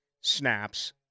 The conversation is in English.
snaps